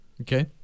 Okay